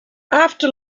after